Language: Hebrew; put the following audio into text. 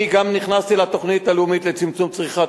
אני גם נכנסתי לתוכנית הלאומית לצמצום צריכת